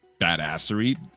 badassery